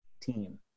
team